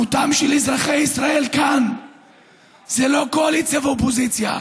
מותם של אזרחי ישראל כאן זה לא קואליציה ואופוזיציה.